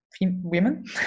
women